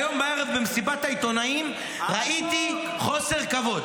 היום בערב במסיבת העיתונאים ראיתי חוסר כבוד.